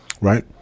Right